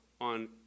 on